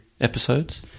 episodes